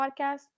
podcast